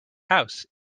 house